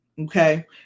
okay